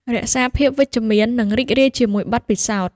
រក្សាភាពវិជ្ជមាន និងរីករាយជាមួយបទពិសោធន៍។